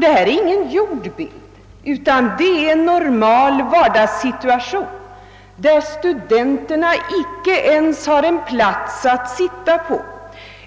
Det är ingen gjord bild, utan den återger en normal vardagssituation. Studenterna vid universitetet har inte ens en plats att sitta på,